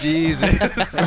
Jesus